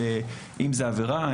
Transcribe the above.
אם זו עבירה,